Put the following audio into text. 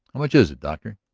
much is it, doctor?